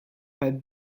had